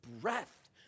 breath